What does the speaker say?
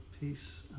peace